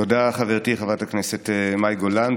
תודה, חברתי חברת הכנסת מאי גולן.